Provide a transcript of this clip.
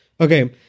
Okay